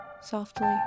softly